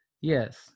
Yes